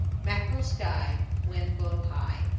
mackerel sky, wind blow high.